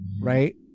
right